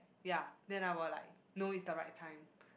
ya then I will like know it's the right time